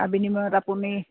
তাৰ বিনিময়ত আপুনি